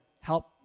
help